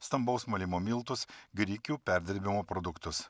stambaus malimo miltus grikių perdirbimo produktus